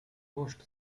roast